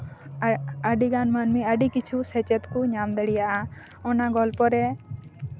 ᱟᱹᱰᱤᱜᱟᱱ ᱢᱟᱹᱱᱢᱤ ᱟᱹᱰᱤ ᱠᱤᱪᱷᱩ ᱥᱮᱪᱮᱫ ᱠᱚ ᱧᱟᱢ ᱫᱟᱲᱮᱭᱟᱜᱼᱟ ᱚᱱᱟ ᱜᱚᱞᱯᱚ ᱨᱮ